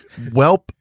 Welp